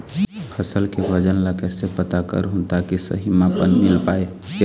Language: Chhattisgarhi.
फसल के वजन ला कैसे पता करहूं ताकि सही मापन मील पाए?